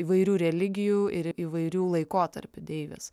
įvairių religijų ir įvairių laikotarpių deivės